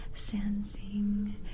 sensing